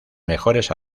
mejores